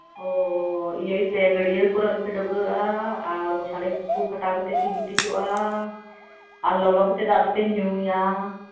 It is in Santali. ᱚᱻ ᱤᱭᱟᱹᱭ ᱯᱮ ᱜᱟᱹᱰᱭᱟᱹ ᱠᱚᱨᱮᱜ ᱟᱞᱚᱯᱮ ᱰᱟᱹᱵᱽᱨᱟᱜᱼᱟ ᱟᱨ ᱢᱚᱥᱟᱨᱤᱠᱚ ᱠᱷᱟᱴᱟᱣ ᱠᱟᱛᱮᱜ ᱯᱮ ᱜᱤᱛᱤ ᱡᱚᱜᱼᱟ ᱟᱨ ᱞᱚᱞᱚ ᱠᱟᱛᱮᱜ ᱫᱟᱜ ᱫᱚᱯᱮ ᱧᱩᱭᱟ